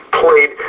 played